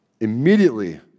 Immediately